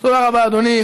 תודה רבה, אדוני.